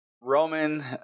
roman